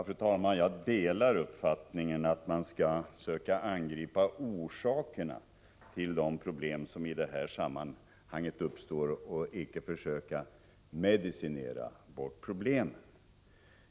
Fru talman! Jag delar uppfattningen att man skall söka angripa orsakerna till de problem som i det här sammanhanget kan uppstå, icke försöka medicinera bort problemen.